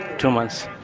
two months.